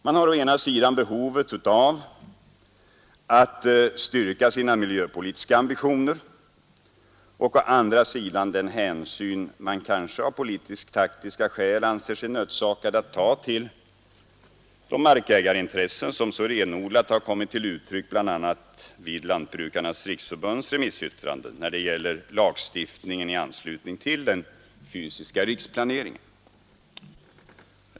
Man har å ena sidan behovet av att styrka sina miljöpolitiska ambitioner och å andra sidan den hänsyn man av politisk-taktiska skäl anser sig nödsakad att ta till de markägarintressen som så renodlat kommit till uttryck bl.a. i Lantbrukarnas riksförbunds remissyttrande när det gäller lagstiftningen i anslutning till den fysiska riksplaneringen.